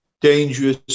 dangerous